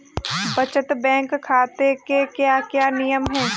बचत बैंक खाते के क्या क्या नियम हैं?